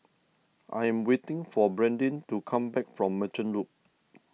I am waiting for Bradyn to come back from Merchant Loop